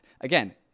Again